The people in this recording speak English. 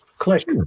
click